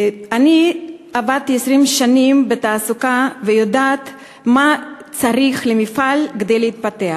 אני עבדתי 20 שנה בתחום התעסוקה ואני יודעת מה צריך מפעל כדי להתפתח.